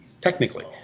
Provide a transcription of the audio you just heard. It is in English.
technically